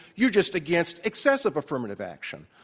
you're just against excessive affirmative action.